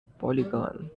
polygon